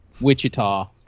wichita